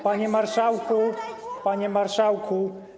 Panie marszałku, panie marszałku.